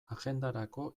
agendarako